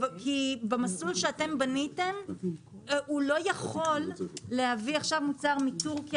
כי במסלול שאתם בניתם הוא לא יכול להביא עכשיו מוצר מתורכיה